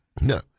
No